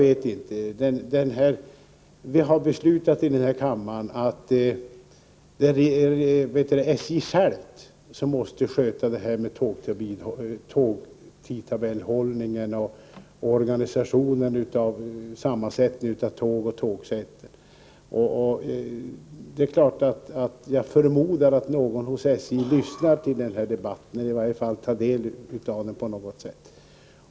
Vi har i den här kammaren beslutat att SJ självt skall sköta tågtidtabellhållningen och organisationen av sammansättning av tåg. Jag förmodar att någon hos SJ lyssnar till den här debatten, eller i varje fall tar del av den på något sätt.